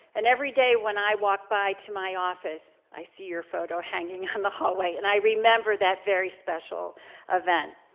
and everyday when i walked by to my office, i see her photo hanging on the hallway, and i remember that very special event.